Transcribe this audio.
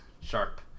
sharp